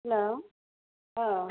hello औ